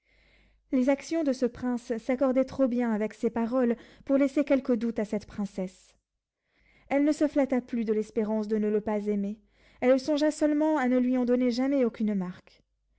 les actions de ce prince s'accordaient trop bien avec ses paroles pour laisser quelque doute à cette princesse elle ne se flatta plus de l'espérance de ne le pas aimer elle songea seulement à ne lui en donner jamais aucune marque